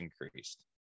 increased